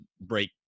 break